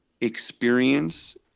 experience